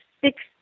six –